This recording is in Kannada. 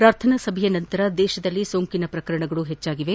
ಪ್ರಾರ್ಥನಾ ಸಭೆಯ ನಂತರ ದೇಶದಲ್ಲಿ ಸೋಂಕಿನ ಪ್ರಕರಣಗಳು ಹೆಚ್ಚಾಗಿವೆ